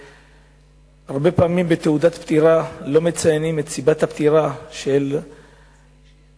הרבה פעמים בתעודת פטירה לא מציינים את סיבת הפטירה של האדם